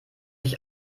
ich